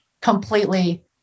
completely